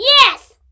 Yes